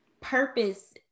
purpose